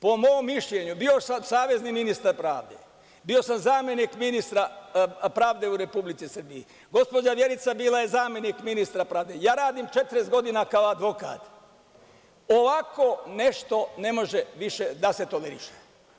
Po mom mišljenju, bio sam savezni ministar pravde, bio sam zamenik ministra pravde u Republici Srbiji, gospođa Vjerica bila je zamenik ministra pravde, radim 40 godina kao advokat, ovako nešto ne može više da se toleriše.